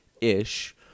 ish